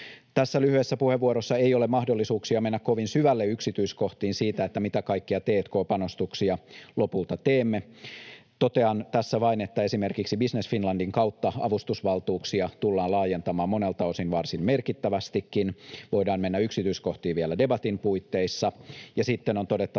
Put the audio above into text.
Tässä lyhyessä puheenvuorossa ei ole mahdollisuuksia mennä kovin syvälle yksityiskohtiin siitä, mitä kaikkia t&k-panostuksia lopulta teemme. Totean tässä vain, että esimerkiksi Business Finlandin kautta avustusvaltuuksia tullaan laajentamaan monelta osin varsin merkittävästikin — voidaan mennä yksityiskohtiin vielä debatin puitteissa.